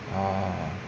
ah